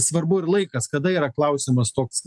svarbu ir laikas kada yra klausimas toks